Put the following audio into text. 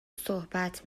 صحبت